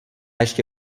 ještě